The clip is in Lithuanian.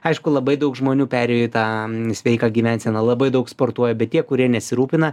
aišku labai daug žmonių perėjo į tą sveiką gyvenseną labai daug sportuoja bet tie kurie nesirūpina